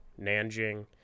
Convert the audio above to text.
Nanjing